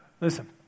listen